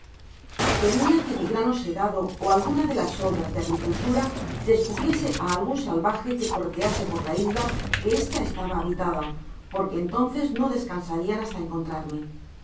temia que mi grano segado ó alguna de las obras de agricultura descubriese á algun salvaje que corretease por la isla que esta estaba habitada porque entonces no descansarian hasta encontrarme